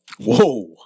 Whoa